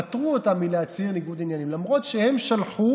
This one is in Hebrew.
פתרו אותם מלהצהיר ניגוד עניינים, למרות שהם שלחו